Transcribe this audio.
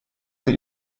that